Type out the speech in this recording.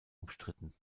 umstritten